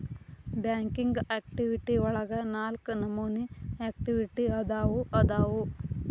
banking activity ಒಳಗ ನಾಲ್ಕ ನಮೋನಿ ಆಕ್ಟಿವಿಟಿ ಅದಾವು ಅದಾವು